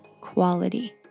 quality